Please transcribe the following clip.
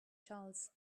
charles